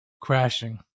crashing